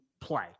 play